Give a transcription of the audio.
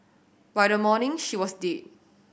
by the morning she was dead